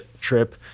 trip